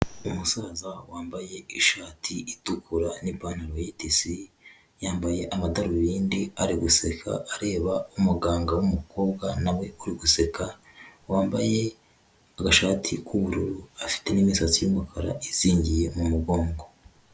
Umusaza wambaye ishati itukura n'ipantaro y'itisi, yambaye amadarubindi ari guseka, areba umuganga w'umukobwa na we uri guseka, wambaye agashati k'ubururu afite n'imisatsi y'umukara izingiye mu mugongo.